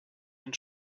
den